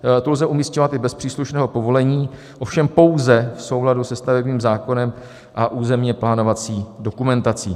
Tu lze umísťovat i bez příslušného povolení, ovšem pouze v souladu se stavebním zákonem a územněplánovací dokumentací.